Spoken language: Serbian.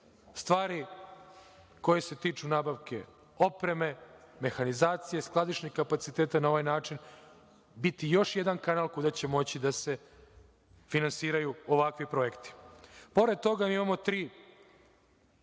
stvari, koje se tiču nabavke opreme, mehanizacije, skladišnih kapaciteta, na ovaj način, biti još jedan kanal kuda će moći da se finansiraju ovakvi projekti. Pored toga, mi imamo tri